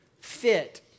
fit